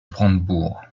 brandebourg